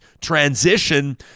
transition